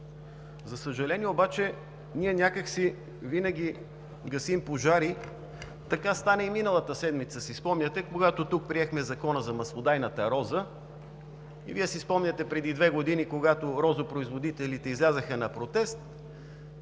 За съжаление обаче, ние някак си винаги гасим пожари. Така стана и миналата седмица, спомняте си, когато тук приехме Закона за маслодайната роза. Вие си спомняте преди две години, когато розопроизводителите излязоха на протест